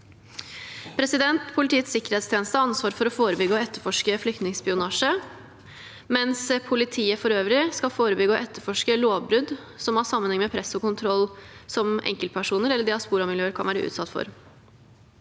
Politiets sikkerhetstjeneste har ansvar for å forebygge og etterforske flyktningspionasje, mens politiet for øvrig skal forebygge og etterforske lovbrudd som har sammenheng med press og kontroll som enkeltpersoner eller diasporamiljøer kan være utsatt for.